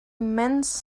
immense